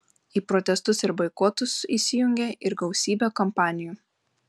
į protestus ir boikotus įsijungė ir gausybė kompanijų